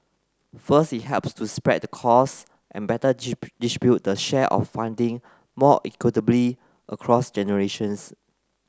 first it helps to spread the costs and better distribute the share of funding more equitably across generations